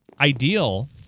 ideal